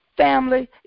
Family